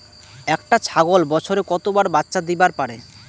একটা ছাগল বছরে কতবার বাচ্চা দিবার পারে?